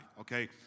okay